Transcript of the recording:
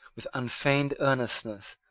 with unfeigned earnestness,